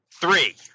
three